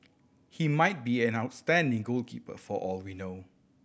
he might be an outstanding goalkeeper for all we know